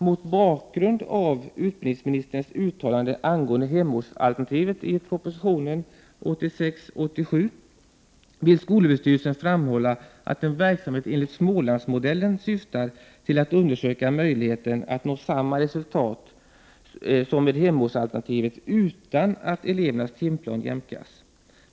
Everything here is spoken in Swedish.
Mot bakgrund av utbildningsministerns uttalande angående hemortsalternativet i prop. 1986/87:100 Bilaga 3.7 vill SÖ framhålla att en verksamhet enligt Smålandsmodellen syftar till att undersöka möjligheten att nå samma resultat som med hemortsalternativet utan att elevernas timplan jämkas.